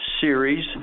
series